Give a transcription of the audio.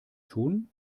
tun